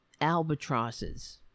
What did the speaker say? albatrosses